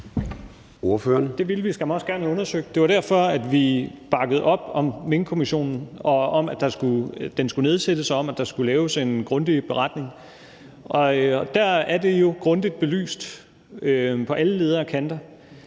gerne have undersøgt. Det var derfor, vi bakkede op om Minkkommissionen – om, at den skulle nedsættes, og om, at der skulle laves en grundig beretning. Der er det jo grundigt belyst på alle leder og kanter.